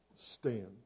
Stand